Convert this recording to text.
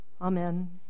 Amen